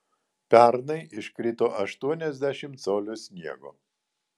pernai iškrito aštuoniasdešimt colių sniego